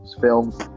films